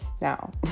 Now